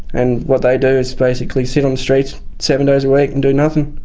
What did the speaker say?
and what they do is basically sit on the streets seven days a week and do nothing.